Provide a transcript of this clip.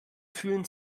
fühlen